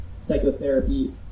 psychotherapy